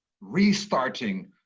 restarting